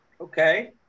Okay